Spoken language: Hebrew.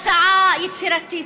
הצעה יצירתית,